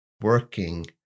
working